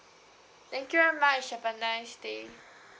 thank you very much have a nice day